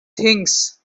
things